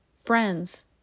friends